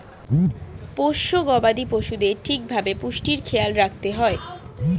পোষ্য গবাদি পশুদের ঠিক ভাবে পুষ্টির খেয়াল রাখতে হয়